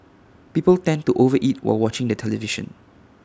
people tend to over eat while watching the television